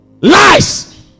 lies